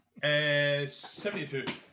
72